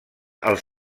els